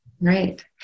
Right